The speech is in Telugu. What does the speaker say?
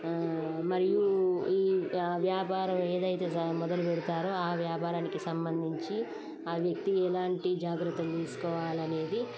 మరియు ఈ వ్యాపారం ఏదైతే మొదలు పెెడతారో ఆ వ్యాపారానికి సంబంధించి ఆ వ్యక్తి ఎలాంటి జాగ్రత్తలు తీసుకోవాలనేది